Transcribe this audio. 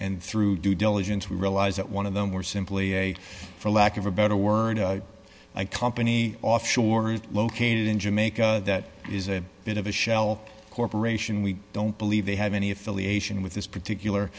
and through due diligence we realised that one of them were simply a for lack of a better word a company offshore located in jamaica that is a bit of a shell corporation we don't believe they have any affiliation with this particular